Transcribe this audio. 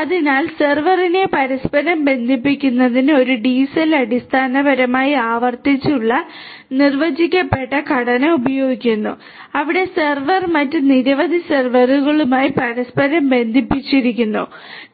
അതിനാൽ സെർവറിനെ പരസ്പരം ബന്ധിപ്പിക്കുന്നതിന് ഒരു DCell അടിസ്ഥാനപരമായി ആവർത്തിച്ചുള്ള നിർവചിക്കപ്പെട്ട ഘടന ഉപയോഗിക്കുന്നു അവിടെ സെർവർ മറ്റ് നിരവധി സെർവറുകളുമായി പരസ്പരം ബന്ധിപ്പിച്ചിരിക്കുന്നു